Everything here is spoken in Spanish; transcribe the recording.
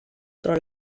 otro